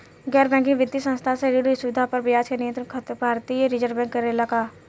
गैर बैंकिंग वित्तीय संस्था से ऋण सुविधा पर ब्याज के नियंत्रण भारती य रिजर्व बैंक करे ला का?